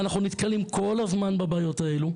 ואנחנו נתקלים כל הזמן בבעיות האלה.